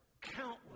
countless